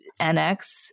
NX